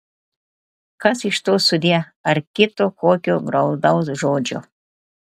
kas iš to sudie ar kito kokio graudaus žodžio